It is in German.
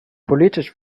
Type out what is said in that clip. politisch